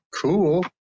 Cool